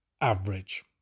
average